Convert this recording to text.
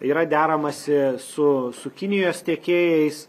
yra deramasi su su kinijos tiekėjais